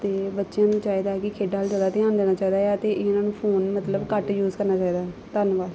ਅਤੇ ਬੱਚਿਆਂ ਨੂੰ ਚਾਹੀਦਾ ਹੈ ਕਿ ਖੇਡਾਂ ਵੱਲ ਜ਼ਿਆਦਾ ਧਿਆਨ ਦੇਣਾ ਚਾਹੀਦਾ ਆ ਅਤੇ ਇਹਨਾਂ ਨੂੰ ਫੋਨ ਮਤਲਬ ਘੱਟ ਯੂਜ਼ ਕਰਨਾ ਚਾਹੀਦਾ ਹੈ ਧੰਨਵਾਦ